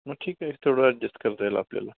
मग ठीक आहे थोडं ॲडजस्ट करता येईल आपल्याला